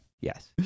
Yes